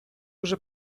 вже